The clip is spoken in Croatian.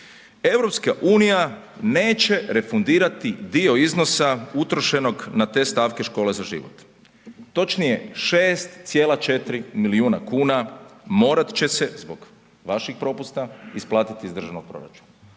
proračuna, EU neće refundirati dio iznosa na te stavke Škole za život. Točnije, 6,4 milijuna kuna morat će se, zbog vaših propusta isplatiti iz državnog proračuna.